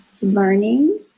learning